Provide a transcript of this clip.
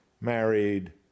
Married